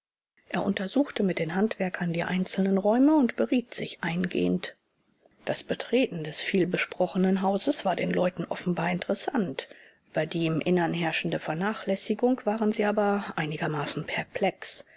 er untersuchte mit den handwerkern die einzelnen räume und beriet sich eingehend das betreten des vielbesprochenen hauses war den leuten offenbar interessant über die im innern herrschende vernachlässigung waren sie aber einigermaßen perplex